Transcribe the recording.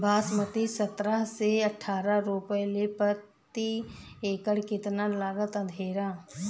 बासमती सत्रह से अठारह रोपले पर प्रति एकड़ कितना लागत अंधेरा?